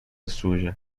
suja